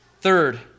Third